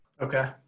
Okay